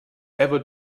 ever